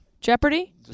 Jeopardy